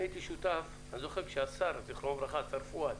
אני זוכר, שהשר, פואד,